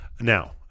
Now